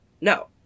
No